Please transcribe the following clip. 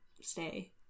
stay